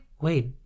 Wait